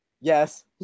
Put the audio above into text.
Yes